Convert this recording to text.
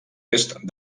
est